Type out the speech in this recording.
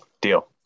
Deal